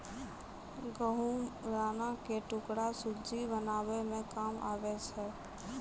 गहुँम दाना के टुकड़ा सुज्जी बनाबै मे काम आबै छै